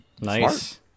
Nice